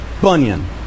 Bunyan